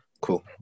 cool